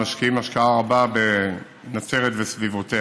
משקיעים השקעה רבה בנצרת וסביבותיה.